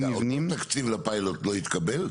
מבנים --- אותו תקציב לפיילוט לא התקבל?